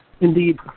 indeed